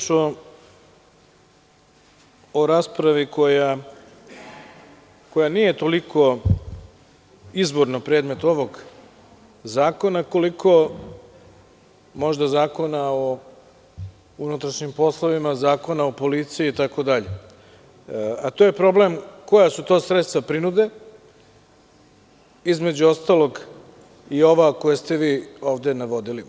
Ovde je reč o raspravi koja nije toliko izborno predmet ovog zakona, koliko možda Zakona o unutrašnjim poslovima, Zakona o policiji itd, a to je problem - koja su to sredstva prinude, između ostalog i ova koja ste vi ovde navodili.